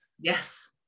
Yes